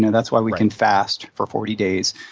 that's why we can fast for forty days.